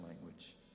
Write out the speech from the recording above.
language